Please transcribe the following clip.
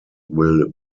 will